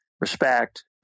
respect